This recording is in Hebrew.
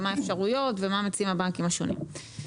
מה האפשרויות ומה מציעים הבנקים השונים.